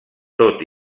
tot